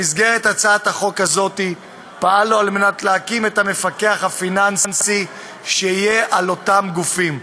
במסגרת הצעת החוק הזאת פעלנו להקים את המפקח הפיננסי על אותם גופים.